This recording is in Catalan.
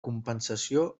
compensació